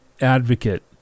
advocate